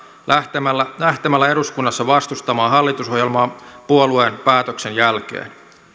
lähtemällä lähtemällä eduskunnassa vastustamaan hallitusohjelmaa puolueen päätöksen jälkeen